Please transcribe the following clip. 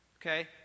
okay